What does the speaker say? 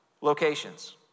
locations